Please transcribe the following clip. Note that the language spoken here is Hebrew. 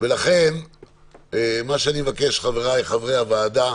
ולכן מה שאני מבקש, חבריי חברי הוועדה,